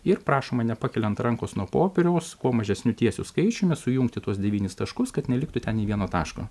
ir prašoma nepakeliant rankos nuo popieriaus kuo mažesniu tiesiu skaičiumi sujungti tuos devynis taškus kad neliktų ten nė vieno taško